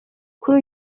kuri